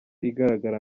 igaragara